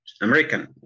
american